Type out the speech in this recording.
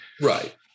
Right